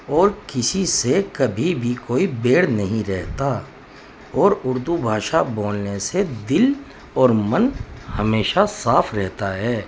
اور کسی سے کبھی بھی کوئی بیر نہیں رہتا اور اردو بھاشا بولنے سے دل اور من ہمیشہ صاف رہتا ہے